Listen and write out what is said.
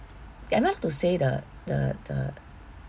enough to say the the the